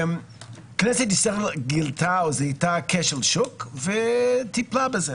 כנסת ישראל גילתה או זיהתה כשל שוק וטיפלה בזה,